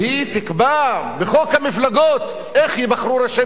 והיא תקבע בחוק המפלגות איך ייבחרו ראשי